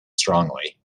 strongly